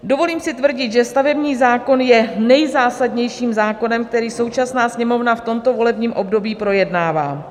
Dovolím si tvrdit, že stavební zákon je nejzásadnějším zákonem, které současná Sněmovna v tomto volebním období projednává.